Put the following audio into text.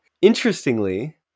Interestingly